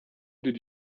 did